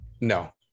no